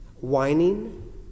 Whining